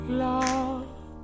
love